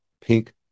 Pink